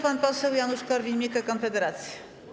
Pan poseł Janusz Korwin-Mikke, Konfederacja.